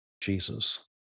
Jesus